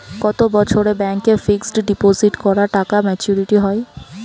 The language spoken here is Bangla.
কত বছরে ব্যাংক এ ফিক্সড ডিপোজিট করা টাকা মেচুউরিটি হয়?